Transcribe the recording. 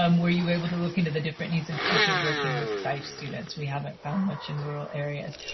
um were you able to look into the different needs of teachers working with sife students? we haven't found much in rural areas.